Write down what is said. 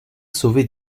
sauvé